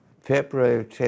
February